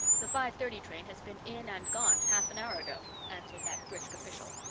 the five-thirty train has been in and gone half an hour ago, answered that brisk official.